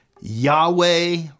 Yahweh